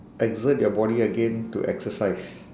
exert your body again to exercise